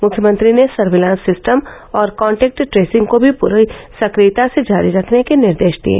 मुख्यमंत्री ने surveillance system और कॉन्टैक्ट ट्रेसिंग को पूरी सक्रियता से जारी रखने के निर्देश दिये